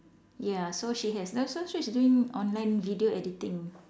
ya so she has and also she's doing online video editing